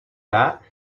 that